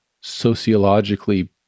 sociologically